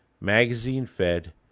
magazine-fed